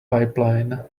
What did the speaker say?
pipeline